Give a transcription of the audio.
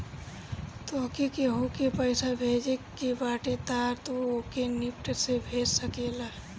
तोहके केहू के पईसा भेजे के बाटे तअ तू ओके निफ्ट से भेज सकेला